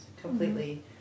completely